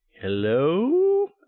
hello